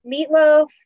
Meatloaf